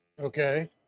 Okay